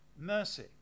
mercy